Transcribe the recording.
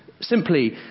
Simply